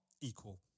equal